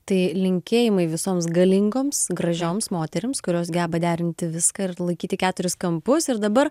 tai linkėjimai visoms galingoms gražioms moterims kurios geba derinti viską ir laikyti keturis kampus ir dabar